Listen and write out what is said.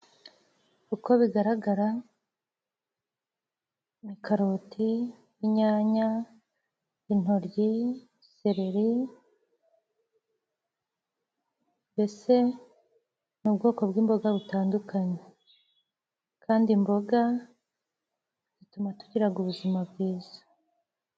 Uko bigaragara ni karoti inyanya, intoryi, seleri mbese ni ubwoko bw'imboga butandukanye kandi imboga zituma tugiraga ubuzima bwiza.